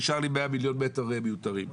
נשאר לי 100 מיליון מטר מיותרים,